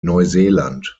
neuseeland